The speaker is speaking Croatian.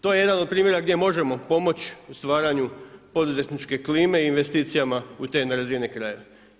To je jedan od primjera gdje možemo pomoći u stvaranju poduzetničke klime i investicijama u te nerazvijene krajeve.